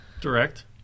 Direct